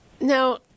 Now